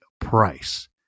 price